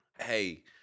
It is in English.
Hey